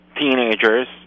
teenagers